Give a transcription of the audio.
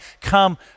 come